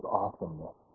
awesomeness